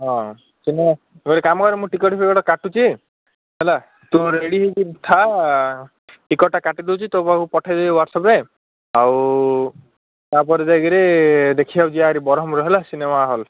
ହଁ ଶୁଣ ତୁ ଗୋଟେ କାମ କର ମୁଁ ଟିକେଟ୍ ଫିକେଟ୍ କାଟୁଛି ହେଲା ତୁ ରେଡ଼ି ହେଇକିରି ଥାଆ ଟିକେଟ ଟା କାଟି ଦେଉଛି ତୋ ପାଖକୁ ପଠାଇ ଦେବି ହ୍ଵାଟସପରେ ଆଉ ତା'ପରେ ଯାଇକିରି ଦେଖିବାକୁ ଯିବାହାରି ହେଲା ବ୍ରହ୍ମପୁର ସିନେମା ହଲ୍